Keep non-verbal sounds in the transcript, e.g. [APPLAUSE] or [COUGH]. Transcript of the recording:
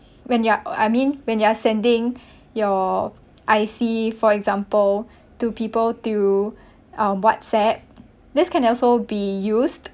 when you are I mean when you are sending [BREATH] your I_C for example to people through um WhatsApp this can also be used